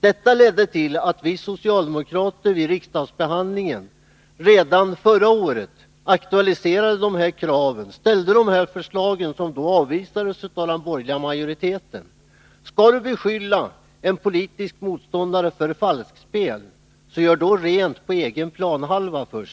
Detta ledde till att vi socialdemokrater vid riksdagsbehandlingen redan förra året aktualiserade kraven i detta sammanhang och framförde förslag, vilka avvisades av den borgerliga majoriteten. Om Arne Andersson i Ljung skall beskylla en politisk motståndare för falskspel, skall han först göra rent på egen planhalva.